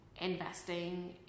investing